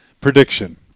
Prediction